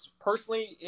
Personally